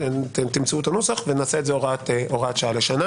תמצאו את הנוסח ונעשה את הסעיף הזה הוראת שעה לשנה,